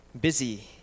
Busy